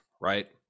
right